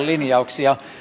linjauksia